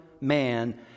man